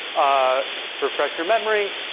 ah so refresh your memory,